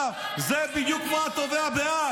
זה בדיוק כמו הסנגור, זה בדיוק כמו התובע בהאג.